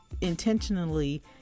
intentionally